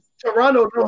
Toronto